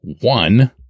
One